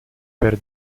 per